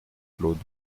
claude